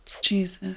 Jesus